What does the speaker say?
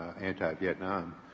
anti-Vietnam